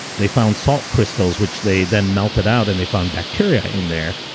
they found salt crystals, which they then melted out and they found bacteria in there.